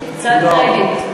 קצת קרדיט.